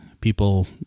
People